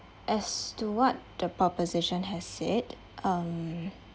as to what the proposition has said um